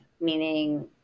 meaning